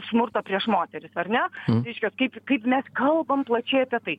smurtą prieš moteris ar ne reiškias kaip kaip mes kalbam plačiai apie tai